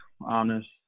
honest